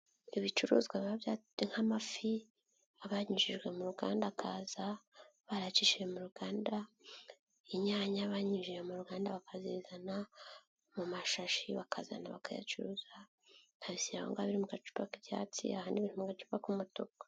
Ibicuruzwa biba byateguwe nk'amafi, aba yanyujijwe mu ruganda bakaza bayacishije mu ruganda, inyanya banyujije mu ruganda bakazizana mu mashashi, bakazana bakayacuruza biri mu gacupa k'ibyatsi ahandi biri mu gacupa k'umutuku.